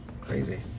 crazy